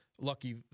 lucky